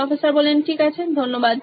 professor ঠিক আছে ধন্যবাদ